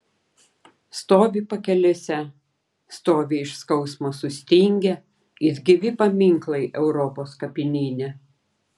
stovi pakelėse stovi iš skausmo sustingę it gyvi paminklai europos kapinyne